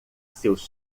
seus